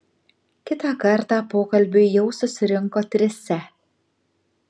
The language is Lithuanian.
kitą kartą pokalbiui jau susirinko trise